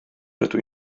rydw